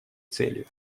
целью